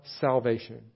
salvation